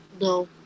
No